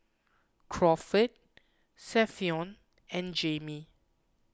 Crawford Savion and Jamie